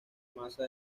masa